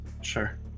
Sure